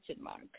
mark